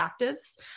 actives